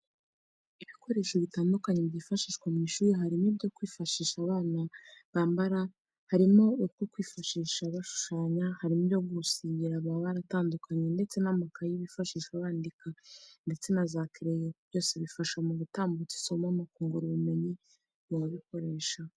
Ibikoresho bitandukanye byifashishwa mu ishuli, harimo ibyo kwifashisha abana bambara, harimo utwo kwifashisha bashushanya, harimo ibyo gusigisha amabara atandukanye ndetse namakaye byifashishwa bandika, ndetse na za kereyo, byose bifasha mu gutambutsa isomo no kungura ubumenyi mu babikoresha.